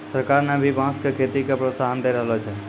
सरकार न भी बांस के खेती के प्रोत्साहन दै रहलो छै